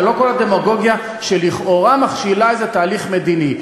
ולא כל הדמגוגיה שלכאורה מכשילה איזה תהליך מדיני.